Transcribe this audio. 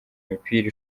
imipira